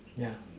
ya